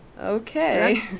okay